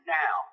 now